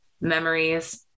memories